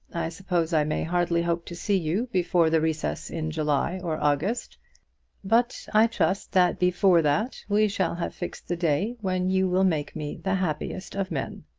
i suppose i may hardly hope to see you before the recess in july or august but i trust that before that we shall have fixed the day when you will make me the happiest of men.